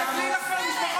סליחה, חבר הכנסת הרצנו.